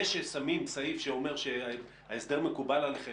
זה ששמים סעיף שאומר שההסדר מקובל עליכם